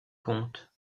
comte